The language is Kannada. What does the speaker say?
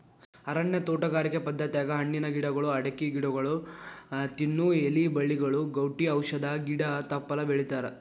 ಅರಣ್ಯ ತೋಟಗಾರಿಕೆ ಪದ್ಧತ್ಯಾಗ ಹಣ್ಣಿನ ಗಿಡಗಳು, ಅಡಕಿ ಗಿಡಗೊಳ, ತಿನ್ನು ಎಲಿ ಬಳ್ಳಿಗಳು, ಗೌಟಿ ಔಷಧ ಗಿಡ ತಪ್ಪಲ ಬೆಳಿತಾರಾ